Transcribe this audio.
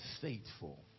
faithful